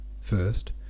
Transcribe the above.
first